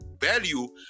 value